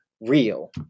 real